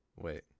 wait